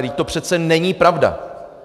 Vždyť to přece není pravda!